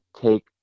take